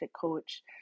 coach